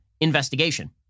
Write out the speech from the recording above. Investigation